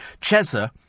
Chesa